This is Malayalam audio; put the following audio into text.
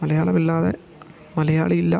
മലയാളമില്ലാതെ മലയാളി ഇല്ല